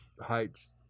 Heights